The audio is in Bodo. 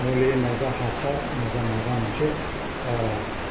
मुलि नङाबा हासार नायबा माबा मोनसे